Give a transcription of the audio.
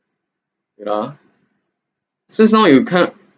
wait ah since now you can't